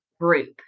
Group